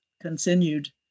continued